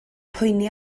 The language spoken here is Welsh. poeni